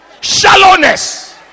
shallowness